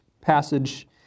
passage